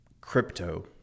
crypto